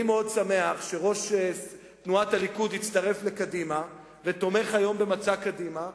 אני מאוד שמח שראש תנועת הליכוד הצטרף לקדימה ותומך היום במצע קדימה,